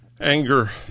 anger